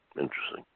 Interesting